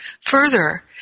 Further